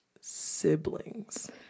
Siblings